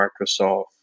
Microsoft